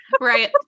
right